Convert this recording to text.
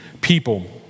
people